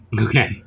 okay